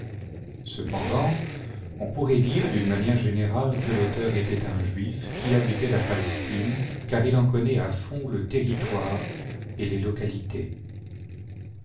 cependant on pourrait dire d'une manière générale que l'auteur était un juif qui habitait la palestine car il en connaît à fond le territoire et les localités